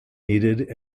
needed